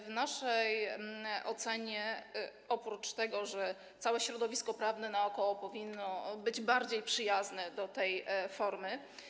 W naszej ocenie oprócz tego, że całe środowisko prawne naokoło powinno być bardziej przyjazne wobec tej formy.